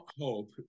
hope